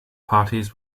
parties